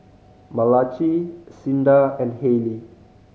Malachi Cinda and Haylie